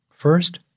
First